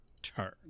turn